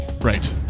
Right